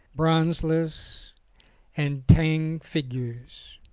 bronzes, and tang figures.